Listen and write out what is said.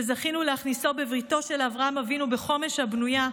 שזכינו להכניסו בבריתו של אברהם אבינו בחומש הבנויה,